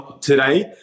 Today